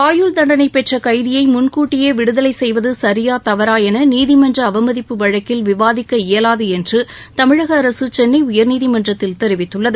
ஆயுள் தண்டனை பெற்ற கைதியை முன்கூட்டியே விடுதலை செய்வது சரியா தவறா என நீதிமன்ற அவமதிப்பு வழக்கில் விவாதிக்க இயவாது என்று தமிழக அரசு சென்னை உயர்நீதிமன்றத்தில் தெரிவித்துள்ளது